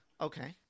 Okay